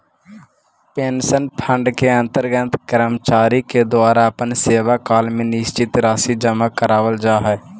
pension fund के अंतर्गत कर्मचारि के द्वारा अपन सेवाकाल में निश्चित राशि जमा करावाल जा हई